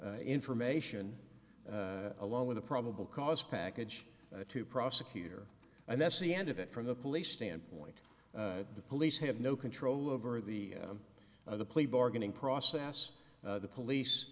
information along with a probable cause package to prosecutor and that's the end of it from the police standpoint the police have no control over the of the plea bargaining process the police